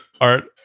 Art